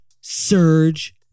surge